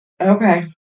Okay